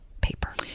paper